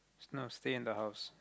no stay in the house